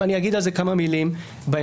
ואני אגיד על זה כמה מילים בהמשך.